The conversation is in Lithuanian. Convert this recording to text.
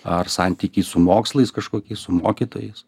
ar santykiai su mokslais kažkokiais su mokytojais